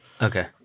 Okay